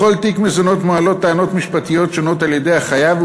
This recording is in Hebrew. בכל תיק מזונות מועלות טענות משפטיות שונות על-ידי החייב,